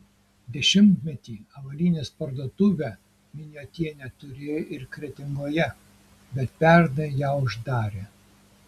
dešimtmetį avalynės parduotuvę miniotienė turėjo ir kretingoje bet pernai ją uždarė